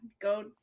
go